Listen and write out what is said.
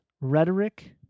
rhetoric